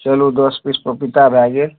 चलू दस पीस पपीता भए गेल